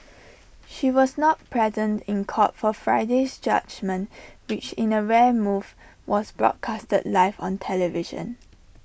she was not present in court for Friday's judgement which in A rare move was broadcast live on television